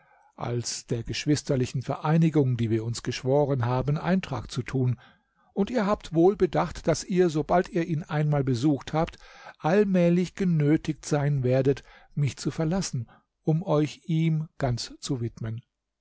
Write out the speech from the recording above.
als der geschwisterlichen vereinigung die wir uns geschworen haben eintrag zu tun und ihr habt wohl bedacht daß ihr sobald ihr ihn einmal besucht habt allmählich genötigt sein werdet mich zu verlassen um euch ihm ganz zu widmen